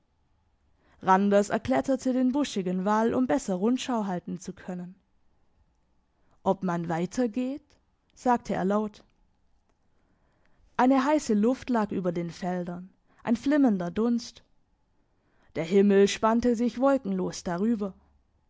randers erkletterte den buschigen wall um besser rundschau halten zu können ob man weiter geht sagte er laut eine heisse luft lag über den feldern ein flimmernder dunst der himmel spannte sich wolkenlos darüber